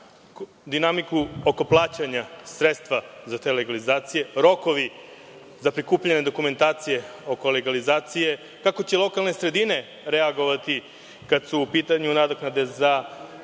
dinamiku oko plaćanja sredstava za tu legalizaciju, rokovi za prikupljanje dokumentacije oko legalizacije, kako će lokalne sredine reagovati kada su u pitanju nadoknade za